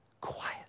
Quiet